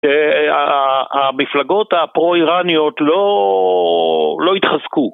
המפלגות הפרו-אירניות לא התחזקו.